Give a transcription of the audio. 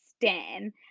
Stan